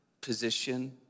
position